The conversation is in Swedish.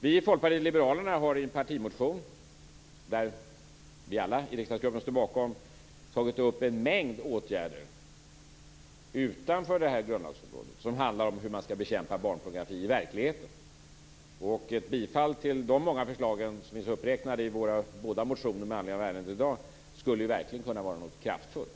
Vi i Folkpartiet liberalerna har i en partimotion, som vi alla i riksdagsgruppen står bakom, tagit upp en mängd åtgärder utanför detta grundlagsområde som handlar om hur man skall bekämpa barnpornografin i verkligheten. Ett bifall till alla de förslag som finns uppräknade i våra motioner med anledning av ärendet i dag skulle verkligen kunna vara något kraftfullt.